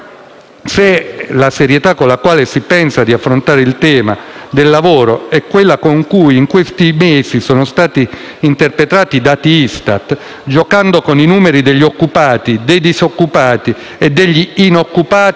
se la serietà con la quale si pensa di affrontare il tema del lavoro è quella con cui in questi mesi sono stati interpretati i dati ISTAT, giocando con i numeri degli occupati, dei disoccupati e degli inoccupati